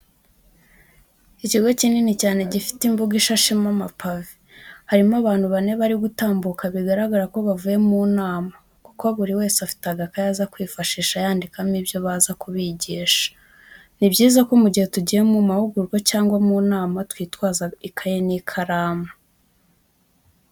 Ikigo kinini cyane gifite imbuga ishashemo amapave, harimo abantu bane bari gutambuka bigaragara ko bavuye mu nama, kuko buri wese afite agakayi aza kwifashisha yandikamo ibyo baza kubigisha. Ni byiza ko mu gihe tugiye mu mahugurwa cyangwa mu nama, twitwaza ikayi n'ikaramu.